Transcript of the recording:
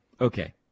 Okay